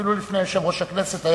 אפילו לפני יושב-ראש הכנסת.